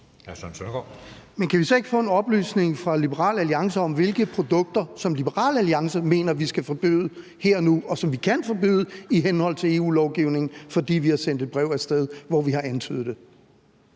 Kan vi så ikke få en oplysning fra Liberal Alliance om, hvilke produkter Liberal Alliance mener vi skal forbyde og vi kan forbyde i henhold til EU-lovgivningen, fordi vi har sendt et brev af sted, hvor vi har antydet det?